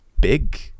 big